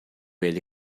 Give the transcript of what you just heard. ele